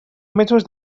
mesos